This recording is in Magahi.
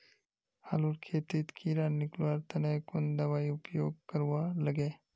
आलूर खेतीत कीड़ा निकलवार तने कुन दबाई उपयोग करवा लगे?